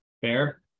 Fair